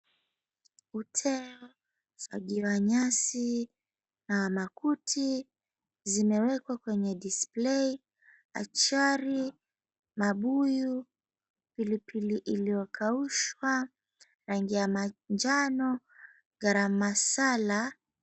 Uteo, fagio ya nyasi na makuti zimewekwa kwenye display . 𝐴𝑐ℎ𝑎𝑟𝑖, mabuyu, pilipili iliokaushwa rangi ya manjano, garam masala.